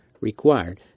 required